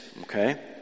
okay